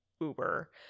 Uber